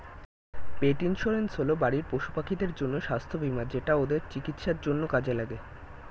পেট insurance হল বাড়ির পশুপাখিদের জন্য স্বাস্থ্য বীমা যেটা ওদের চিকিৎসার জন্য কাজে লাগে